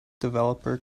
developer